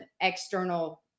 external